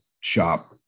shop